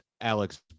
Alex